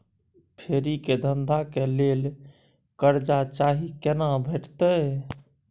फेरी के धंधा के लेल कर्जा चाही केना भेटतै?